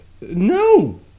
No